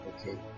Okay